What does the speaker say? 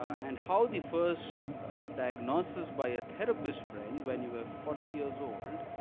and how the first diagnosis by a therapist friend when you were forty years old